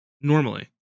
normally